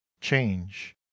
change